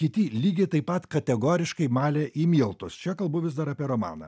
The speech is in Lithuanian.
kiti lygiai taip pat kategoriškai malė į miltus čia kalbu vis dar apie romaną